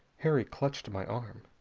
harry clutched my arm.